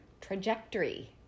trajectory